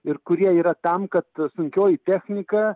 ir kurie yra tam kad sunkioji technika